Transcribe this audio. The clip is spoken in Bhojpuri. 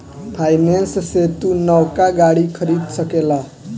फाइनेंस से तू नवका गाड़ी खरीद सकेल